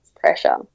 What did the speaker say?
pressure